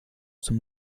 zum